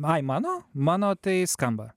ai mano mano tai skamba